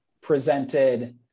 presented